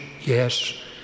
yes